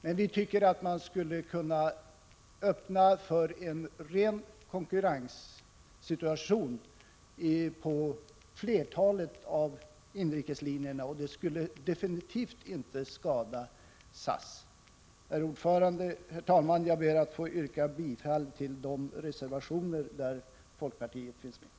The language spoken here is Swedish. Men vi tycker att man skulle kunna öppna för en ren konkurrenssituation på flertalet av inrikeslinjerna. Det skulle definitivt inte skada SAS. Herr talman! Jag ber att få yrka bifall till de reservationer där folkpartiet finns med.